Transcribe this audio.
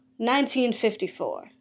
1954